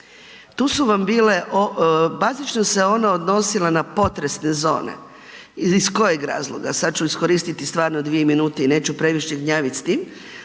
Tu su vam bile, bazično se ona odnosila na potresne zone iz kojeg razloga. Sad ću iskoristiti 2 minute i neću previše gnjavit s tim,